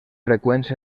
freqüents